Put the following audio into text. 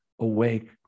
awake